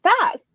fast